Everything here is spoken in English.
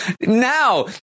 now